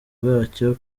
bwacyo